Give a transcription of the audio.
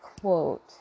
quote